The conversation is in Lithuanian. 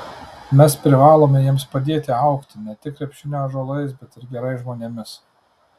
mes privalome jiems padėti augti ne tik krepšinio ąžuolais bet ir gerais žmonėmis